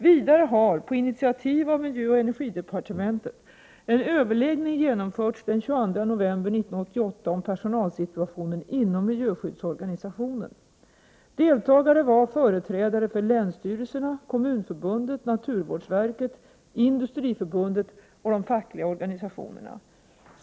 Vidare har på initiativ av miljöoch energidepartementet en överläggning genomförts den 22 november 1988 om personalsituationen inom miljöskyddsorganisationen. Deltagare var företrädare för länsstyrelserna, kommunförbundet, naturvårdsverket, industriförbundet och de fackliga organisationerna.